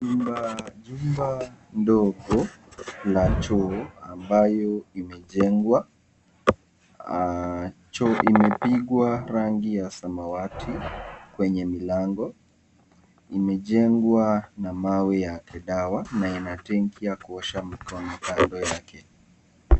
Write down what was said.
Nyumba ndogo la choo ambayo imejengwa, choo imepigwa rangi ya samawati kwenye milango imejengwa n mawe ya kidawa na ina tenki ya kuosha mkono kando yake.